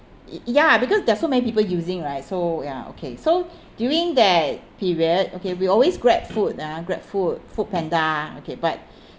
ya because there are so many people using right so ya okay so during that period okay we always grabfood ah grabfood foodpanda okay but